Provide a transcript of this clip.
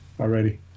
already